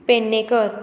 Pednekar